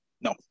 No